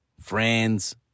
friends